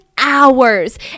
Hours